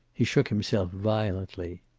he shook himself violently.